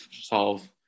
solve